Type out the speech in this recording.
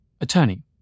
Attorney